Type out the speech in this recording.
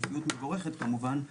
מציאות מבורכת כמובן,